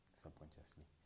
subconsciously